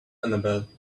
annabelle